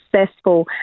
successful